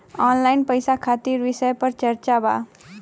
Online पैसा खातिर विषय पर चर्चा वा?